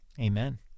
amen